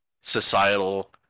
societal